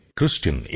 Christian